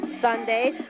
Sunday